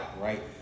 right